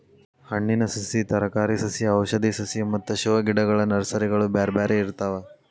ಹಣ್ಣಿನ ಸಸಿ, ತರಕಾರಿ ಸಸಿ ಔಷಧಿ ಸಸಿ ಮತ್ತ ಶೋ ಗಿಡಗಳ ನರ್ಸರಿಗಳು ಬ್ಯಾರ್ಬ್ಯಾರೇ ಇರ್ತಾವ